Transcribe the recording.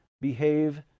behave